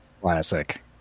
Classic